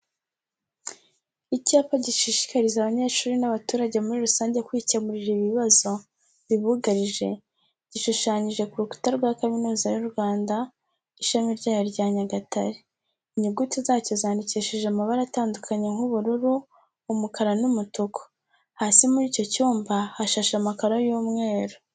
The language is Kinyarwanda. Icyapa gishishikariza abanyeshuri n'abaturage muri rusange kwikemurira ibibazo bibugarije gishushanyije ku rukuta rwa Kaminuza y'u Rwanda, Ishami ryayo rya Nyagatare, inyuguti zacyo zandikishije amabara atandukanye nk'ubururu, umukara n'umutuku. Hasi muri icyo cyumba hashashe amakaro y'umweru.